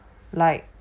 like